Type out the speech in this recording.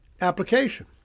application